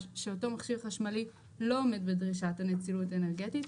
שאותו מכשיר חשמלי לא עומד בדרישת הנצילות האנרגטית,